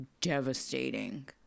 devastating